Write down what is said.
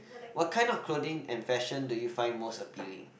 what kind of clothing and fashion do you find most appealing